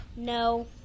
No